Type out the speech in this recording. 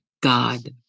God